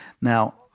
Now